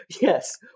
yes